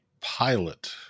pilot